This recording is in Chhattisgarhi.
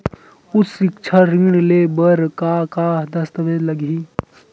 उच्च सिक्छा ऋण ले बर का का दस्तावेज लगही?